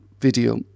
video